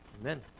Amen